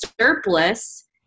surplus